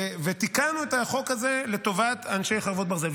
תיקנו את החוק הזה לטובת אנשי חרבות ברזל.